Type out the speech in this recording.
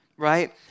right